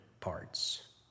parts